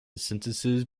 sentences